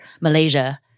Malaysia